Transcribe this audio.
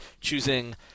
choosing